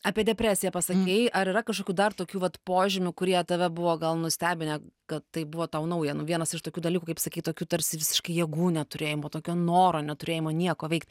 apie depresiją pasakei ar yra kažkokių dar tokių vat požymių kurie tave buvo gal nustebinę kad tai buvo tau nauja nu vienas iš tokių dalykų kaip sakyt tokių tarsi visiškai jėgų neturėjimo tokio noro neturėjimo nieko veikt